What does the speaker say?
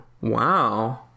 wow